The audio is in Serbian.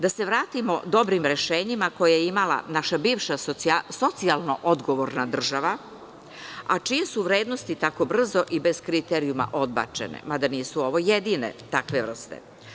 Da se vratimo dobrim rešenjima koje je imala naša bivša socijalno odgovorna država, a čije su vrednosti tako brzo i bez kriterijuma odbačene, mada nisu ovo jedine takve vrste.